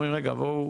אומרים רגע בואו,